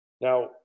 now